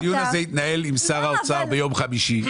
הדיון הזה יתנהל עם שר האוצר ביום חמישי.